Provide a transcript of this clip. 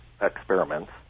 experiments